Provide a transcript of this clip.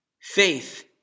Faith